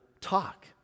talk